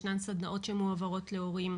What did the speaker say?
ישנן סדנאות שמעוברות להורים.